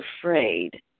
afraid